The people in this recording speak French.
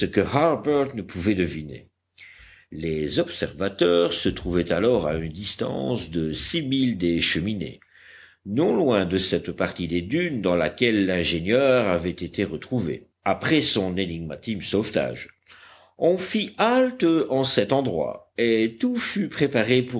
que harbert ne pouvait deviner les observateurs se trouvaient alors à une distance de six milles des cheminées non loin de cette partie des dunes dans laquelle l'ingénieur avait été retrouvé après son énigmatique sauvetage on fit halte en cet endroit et tout fut préparé